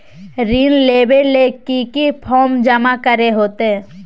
ऋण लेबे ले की की फॉर्म जमा करे होते?